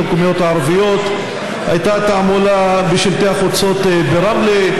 המקומיות הערביות הייתה תעמולה בשלטי החוצות ברמלה,